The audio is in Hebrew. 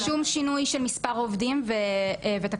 ושום שינוי של מספר העובדים ותקציב?